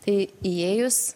tai įėjus